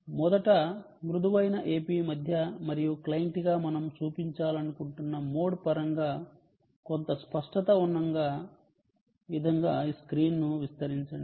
మొదట మృదువైన AP మధ్య మరియు క్లయింట్గా మనం చూపించాలనుకుంటున్న మోడ్ పరంగా కొంత స్పష్టత ఉన్న విధంగా స్క్రీన్ను విస్తరించండి